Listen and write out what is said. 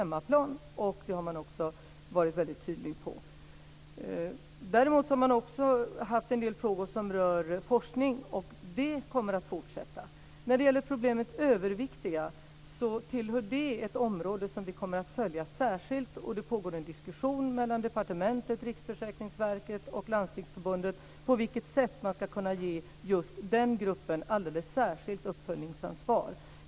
Man har varit väldigt tydlig på den punkten. Däremot har sjukhusen haft en del frågor som rör forskning. Dessa kommer att fortsätta. De överviktigas problem tillhör ett område som vi kommer att följa särskilt. Det pågår en diskussion mellan departementet, Riksförsäkringsverket och Landstingsförbundet om på vilket sätt man ska kunna ge just den gruppen ett alldeles särskilt uppföljningsansvar.